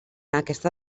aquesta